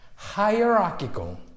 hierarchical